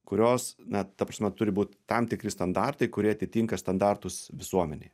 kurios na ta prasme turi būt tam tikri standartai kurie atitinka standartus visuomenėje